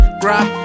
grab